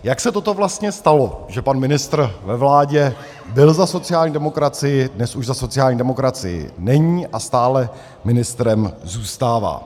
Jak se vlastně toto stalo, že pan ministr ve vládě byl za sociální demokracii, dnes už za sociální demokracii není a stále ministrem zůstává?